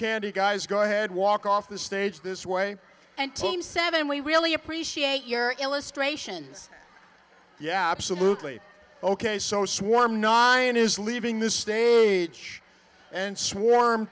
candy guys go ahead walk off the stage this way and team seven we really appreciate your illustrations yeah absolutely ok so swarm naing is leaving this stage and swarm